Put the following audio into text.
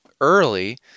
early